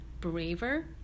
braver